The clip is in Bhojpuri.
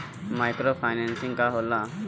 माइक्रो फाईनेसिंग का होला?